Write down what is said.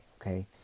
Okay